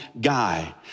guy